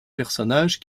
personnage